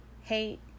hate